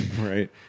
right